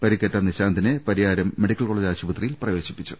പരിക്കേറ്റ നിശാന്തിനെ Pariyaram medical college ആശുപത്രിയിൽ പ്രവേശിപ്പിച്ചു